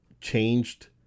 changed